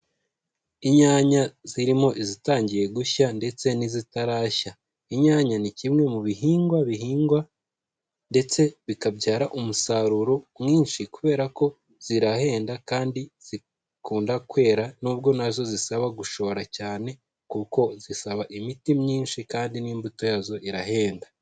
Inyanya zirimo izitangiye gushya ndetse n'izitarashya, inyanya ni kimwe mu bihingwa bihingwa ndetse bikabyara umusaruro mwinshi kubera ko zirahenda kandi zikunda kwera nubwo nazo zisaba gushora cyane, kuko zisaba imiti myinshi kandi n'imbuto yazo irahenda.